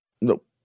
Nope